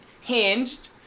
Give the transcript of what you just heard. Hinged